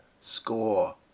score